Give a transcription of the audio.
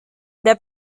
their